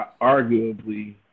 Arguably